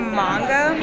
manga